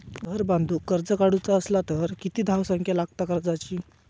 घर बांधूक कर्ज काढूचा असला तर किती धावसंख्या लागता कर्जाची?